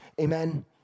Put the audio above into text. Amen